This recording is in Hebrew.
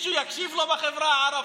מישהו יקשיב לו בחברה הערבית?